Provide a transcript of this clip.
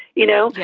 you know,